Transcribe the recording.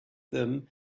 them